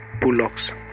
bullocks